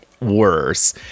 worse